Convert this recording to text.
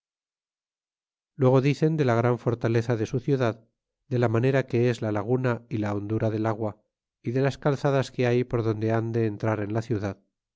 luego dicen de la gran fortaleza de su ciudad de la manera que es la laguna y la hondura del agua y de las calzadas que hay por donde han de entrar en la ciudad